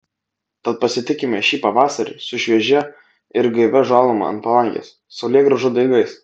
tad pasitikime šį pavasarį su šviežia ir gaivia žaluma ant palangės saulėgrąžų daigais